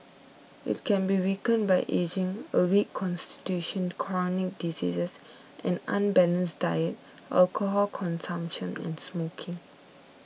it can be weakened by ageing a weak constitution chronic diseases an unbalanced diet alcohol consumption and smoking